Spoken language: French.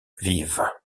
vives